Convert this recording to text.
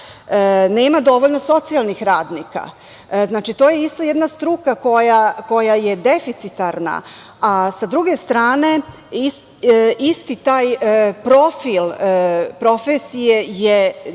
nema dovoljno socijalnih radnika. To je isto jedna struka koja je deficitarna, a sa druge strane, isti taj profil profesije je